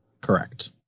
correct